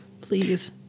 Please